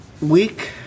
week